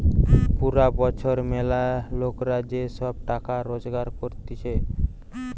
পুরা বছর ম্যালা লোকরা যে সব টাকা রোজগার করতিছে